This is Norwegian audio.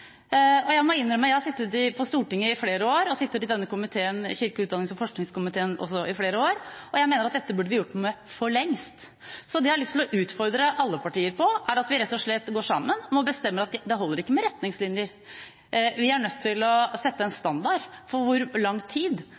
Jeg har sittet på Stortinget i flere år og har også sittet i kirke-, utdannings- og forskningskomiteen i flere år, og jeg mener at dette burde vi ha gjort noe med for lengst. Det jeg har lyst til å utfordre alle partier på, er at vi rett og slett går sammen og nå bestemmer at det ikke holder med retningslinjer. Vi er nødt til å sette en standard for hvor lang tid